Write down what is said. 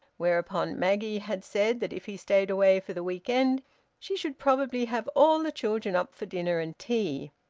whereupon maggie had said that if he stayed away for the week-end she should probably have all the children up for dinner and tea.